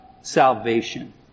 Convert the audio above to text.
salvation